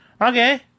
Okay